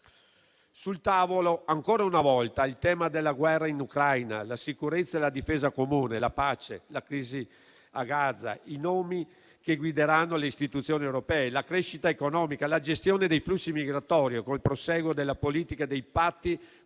Sul tavolo, ancora una volta, il tema della guerra in Ucraina, la sicurezza e la difesa comune, la pace, la crisi a Gaza, i nomi che guideranno le istituzioni europee, la crescita economica, la gestione dei flussi migratori con il prosieguo della politica dei patti